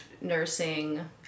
nursing